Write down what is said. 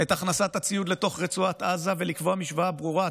את הכנסת הציוד לתוך רצועת עזה ולקבוע משוואה ברורה.